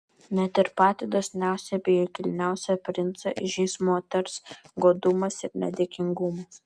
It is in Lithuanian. net ir patį dosniausią bei kilniausią princą įžeis moters godumas ir nedėkingumas